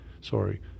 Sorry